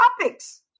topics